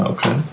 Okay